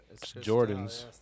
Jordans